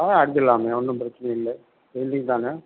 ஆ அடிச்சிடலாங்க ஒன்றும் பிரச்சினை இல்லை பெயிண்டிங் தானே